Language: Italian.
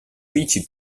dici